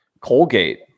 Colgate